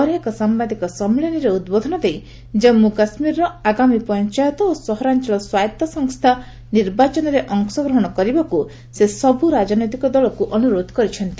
ପରେ ଏକ ସାମ୍ଭାଦିକ ସମ୍ମିଳନୀରେ ଉଦ୍ବୋଧନ ଦେଇ ଜଜ୍ମ କାଶୁୀରର ଆଗାମୀ ପଞ୍ଚାୟତ ଓ ସହରାଞ୍ଚଳ ସ୍ୱାୟତ ସଂସ୍ଥା ନିର୍ବାଚନରେ ଅଂଶଗ୍ରହଣ କରିବାକୁ ସେ ସବୁ ରାଜନୈତିକ ଦଳକୁ ଅନୁରୋଧ କରିଚ୍ଛନ୍ତି